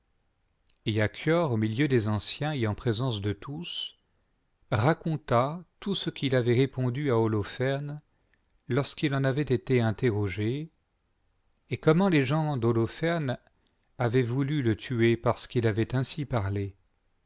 et aehior au milieu des anciens et en présence de tous raconta tout ce qu'il avait répondu à holoferne lorsqu'il en avait été interrogé et comment les gens d'holoferne avaient voulu le i tuer parce qu'il avait ainsi parlé